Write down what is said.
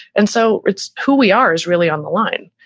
and so it's who we are is really on the line.